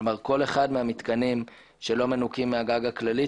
כלומר כל אחד מהמתקנים שלא מנוכים מהגג הכללי,